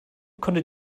konnte